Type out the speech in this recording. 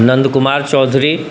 Nand Kumar Chaudhary